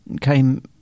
came